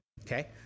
Okay